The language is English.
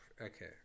okay